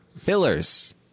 fillers